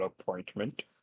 appointment